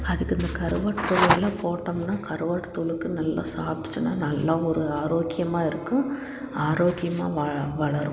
அதுக்கு அந்த கருவாட்டு தூளெல்லாம் போட்டோம்னால் கருவாட்டு தூளுக்கு நல்லா சாப்பிட்டுச்சுன்னால் நல்ல ஒரு ஆரோக்கியமாக இருக்கும் ஆரோக்கியமாக வ வளரும்